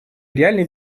реальной